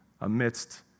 amidst